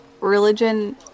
religion